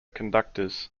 conductors